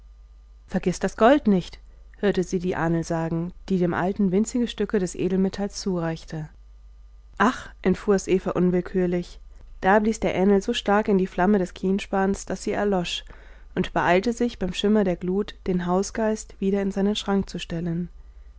vergiß das gold nicht hörte sie die ahnl sagen die dem alten winzige stücke des edelmetalls zureichte ach entfuhr es eva unwillkürlich da blies der ähnl so stark in die flamme des kienspans daß sie erlosch und beeilte sich beim schimmer der glut den hausgeist wieder in seinen schrank zu stellen